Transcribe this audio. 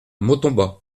montauban